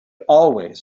always